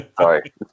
sorry